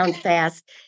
Fast